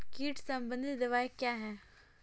कीट संबंधित दवाएँ क्या हैं?